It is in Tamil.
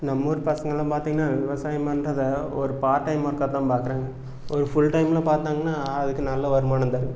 நம்ம ஊர் பசங்கலாம் பார்த்திங்கன்னா விவசாயம் பண்ணுறத ஒரு பார்ட் டைம் ஒர்க்கா தான் பார்க்கறாங்க ஒரு ஃபுல் டைமில் பார்த்தாங்கன்னா அதுக்கு நல்ல வருமானம் தரும்